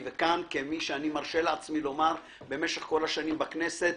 וכמי שאני מרשה לעצמי לומר, במשך כל השנים בכנסת,